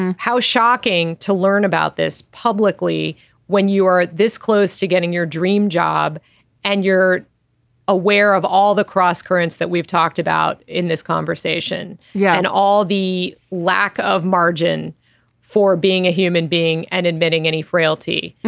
and how shocking to learn about this publicly when you are this close to getting your dream job and you're aware of all the crosscurrents that we've talked about in this conversation. yeah and all the lack of margin for being a human being and admitting any frailty.